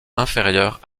inférieures